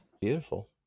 beautiful